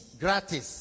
Gratis